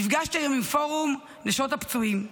נפגשתי היום עם פורום נשות הפצועים,